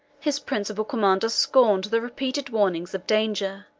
his principal commander scorned the repeated warnings of danger